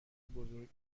بزرگ